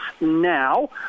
now